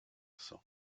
cents